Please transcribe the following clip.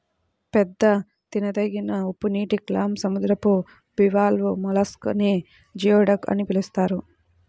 పెద్ద తినదగిన ఉప్పునీటి క్లామ్, సముద్రపు బివాల్వ్ మొలస్క్ నే జియోడక్ అని పిలుస్తారు